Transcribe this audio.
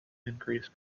increase